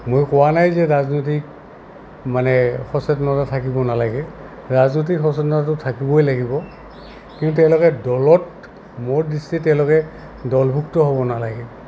মই কোৱা নাই যে ৰাজনৈতিক মানে সচেতনতা থাকিব নালাগে ৰাজনৈতিক সচেতনতাটো থাকিবই লাগিব কিন্তু তেওঁলোকে দলত মোৰ দৃষ্টিত তেওঁলোকে দলভুক্ত হ'ব নালাগে